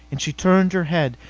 and she turned her head.